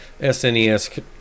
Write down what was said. SNES